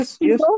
yes